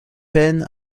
peine